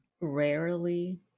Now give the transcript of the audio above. Rarely